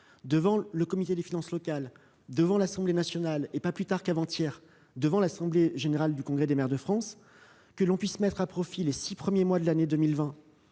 devant le Comité des finances locales, devant l'Assemblée nationale et, avant-hier, devant l'assemblée générale du Congrès des maires de France que l'on puisse mettre à profit les six premiers mois de l'année 2020